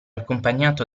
accompagnato